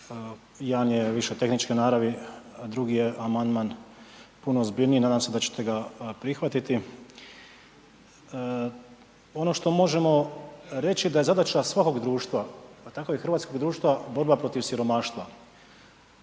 jedan je više tehničke naravi, a drugi je amandman puno ozbiljniji, nadam se da ćete ga prihvatiti. Ono što možemo reći da je zadaća svakog društva, pa tako i hrvatskog društva, borba protiv siromaštva.